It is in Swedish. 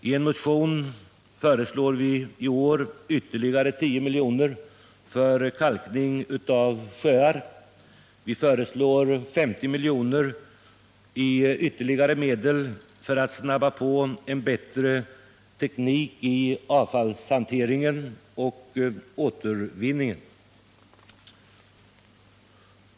I en motion föreslår vi i år ytterligare 10 miljoner för kalkning av sjöar. Vi föreslår även 50 miljoner i ytterligare medel för att snabba på en bättre teknik i avfallshanteringen och återvinningen.